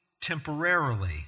temporarily